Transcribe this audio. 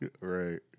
Right